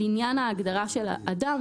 לעניין ההגדרה של אדם,